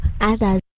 others